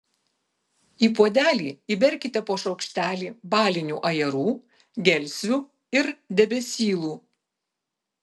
į puodelį įberkite po šaukštelį balinių ajerų gelsvių ir debesylų